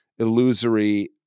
illusory